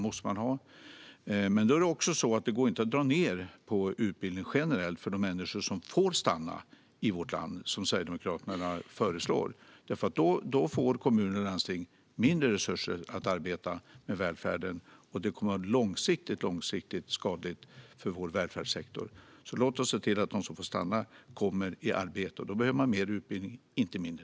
Men det går inte att generellt dra ned på utbildning för de människor som får stanna i vårt land, som Sverigedemokraterna föreslår. Då får kommuner och landsting mindre resurser för att arbeta med välfärden, och det kommer att vara långsiktigt skadligt för vår välfärdssektor. Så låt oss se till att de som får stanna kommer i arbete! För detta behövs mer utbildning, inte mindre.